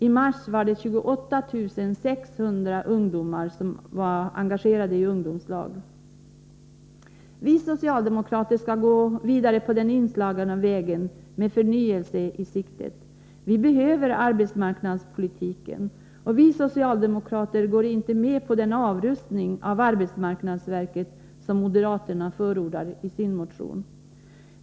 I mars var 28 600 ungdomar engagerade i ungdomslag. Vi socialdemokrater skall gå vidare på den inslagna vägen med förnyelse i siktet. Vi behöver arbetsmarknadspolitiken. Vi socialdemokrater går inte med på den avrustning av arbetsmarknadsverket som moderaterna förordar i sin motion.